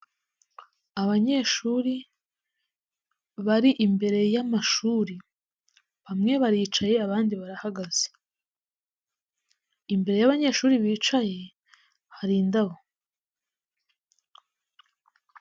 Abanyeshuri bari imbere y'amashuri, bamwe baricaye abandi barahagaze, imbere y'abanyeshuri bicaye, hari indabo.